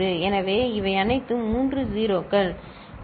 எனவே இவை அனைத்தும் 3 0 க்கள் சரி